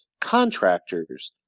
contractors